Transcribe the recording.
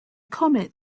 comet